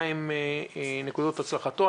מהן נקודות הצלחתו?